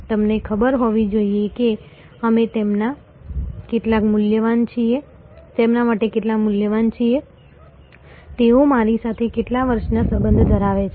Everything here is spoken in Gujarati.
તેમને ખબર હોવી જોઈએ કે અમે તેમના માટે કેટલા મૂલ્યવાન છીએ તેઓ મારી સાથે કેટલા વર્ષોના સંબંધ ધરાવે છે